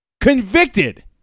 convicted